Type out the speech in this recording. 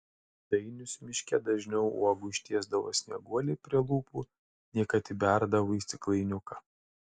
dainius miške dažniau uogų ištiesdavo snieguolei prie lūpų nei kad įberdavo į stiklainiuką